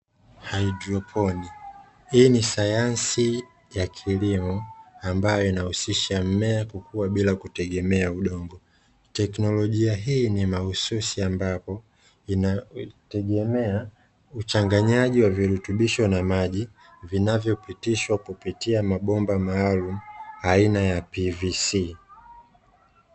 Haidroponi hii ni sayansi ya kilimo ambayo inahusisha mmea kukua bila kutumia udongo, teknolijia hii ni mahususi ambapo inategemea uchanganyaji wa virutubisho na maji vinavyopitisha kupitia mabomba maalum aina ya "PVC".